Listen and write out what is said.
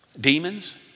Demons